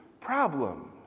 problems